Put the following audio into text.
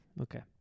Okay